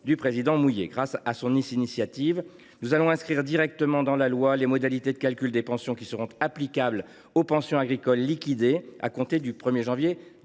du président Mouiller. Grâce à cette initiative, nous allons inscrire directement dans la loi les modalités de calcul qui seront applicables aux pensions agricoles liquidées à compter du 1janvier 2026,